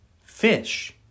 Fish